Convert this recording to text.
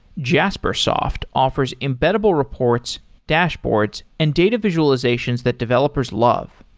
jaspersoft offers embeddable reports, dashboards and data visualizations that developers love.